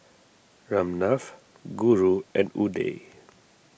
Ramnath Guru and Udai